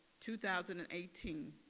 two thousand and eighteen